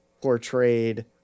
portrayed